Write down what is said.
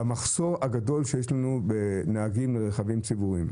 המחסור הגדול שיש לנו בנהגים לרכבים ציבוריים,